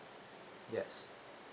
yes